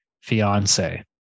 fiance